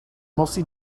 mostly